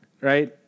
right